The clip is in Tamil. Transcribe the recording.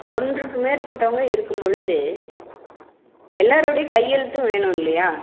ஒன்றுக்கு மேற்பட்டவங்க இருக்கும் பொழுது எல்லோருடைய கையெழுத்தும் வேணும் இல்லையா